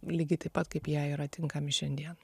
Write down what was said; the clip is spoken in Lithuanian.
lygiai taip pat kaip jie yra tinkami šiandien